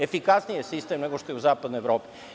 Efikasniji je sistem nego što je u zapadnoj Evropi.